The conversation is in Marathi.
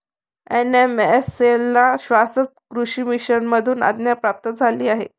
एन.एम.एस.ए ला शाश्वत कृषी मिशन मधून आज्ञा प्राप्त झाली आहे